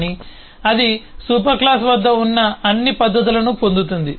కానీ అది super class వద్ద ఉన్న అన్ని పద్ధతులను పొందుతుంది